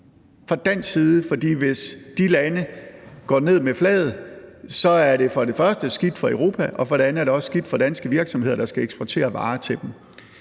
for hvis de lande går ned med flaget, er det for det første skidt for Europa, og for det andet er det også skidt for danske virksomheder, der skal eksportere varer til dem.